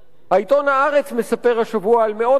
העיתון "הארץ" מספר השבוע על מאות אנשים